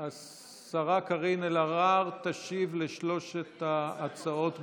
השרה קארין אלהרר תשיב על שלוש ההצעות במשותף.